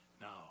Now